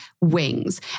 Wings